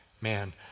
man